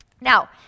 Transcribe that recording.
Now